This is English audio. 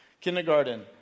Kindergarten